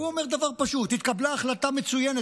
הוא אומר דבר פשוט: התקבלה החלטה מצוינת